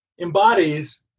embodies